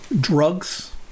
drugs